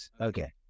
Okay